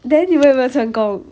then 你们有没有成功